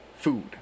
food